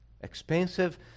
expensive